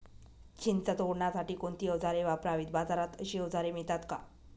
चिंच तोडण्यासाठी कोणती औजारे वापरावीत? बाजारात अशी औजारे मिळतात का?